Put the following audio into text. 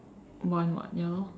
want [what] ya lor